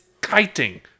kiting